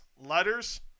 letters